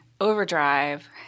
overdrive